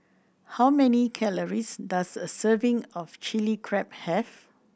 how many calories does a serving of Chilli Crab have